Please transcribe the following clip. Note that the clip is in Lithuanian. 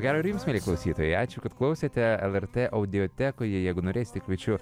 gero ir jums mieli klausytojai ačiū kad klausėte lrt audiotekoje jeigu norėsite kviečiu